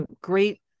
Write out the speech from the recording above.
great